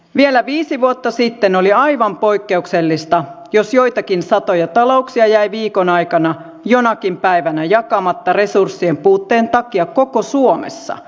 vielä viisi vuotta sitten oli aivan poikkeuksellista jos joitakin satoja talouksia jäi viikon aikana jonakin päivänä jakamatta resurssien puutteen takia koko suomessa